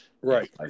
right